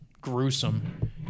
gruesome